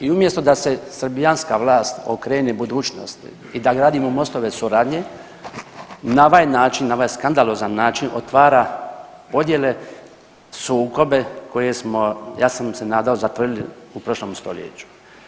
I umjesto da se srbijanska vlast okrene budućnosti i da gradimo mostove suradnje, na ovaj način, na ovaj skandalozan način otvara podjele, sukobe koje smo ja sam se nadao zatvorili u prošlom stoljeću.